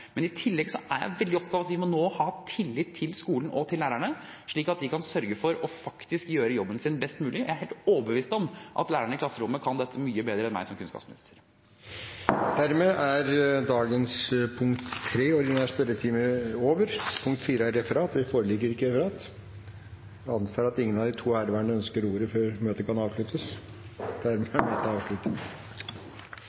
Men i tillegg er jeg veldig opptatt av at vi nå må ha tillit til skolen og lærerne, slik at de kan sørge for faktisk å gjøre jobben sin best mulig. Jeg er helt overbevist om at lærerne i klasserommet kan dette mye bedre enn meg, som er kunnskapsminister. Sak nr. 3 er dermed ferdigbehandlet. Det foreligger ikke noe referat. Dermed er dagens kart ferdigbehandlet. Jeg antar at ingen av de to herværende i salen ønsker ordet før møtet kan avsluttes?